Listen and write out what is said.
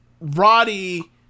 Roddy